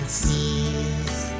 seas